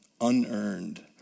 unearned